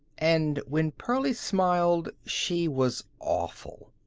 and when pearlie smiled she was awful.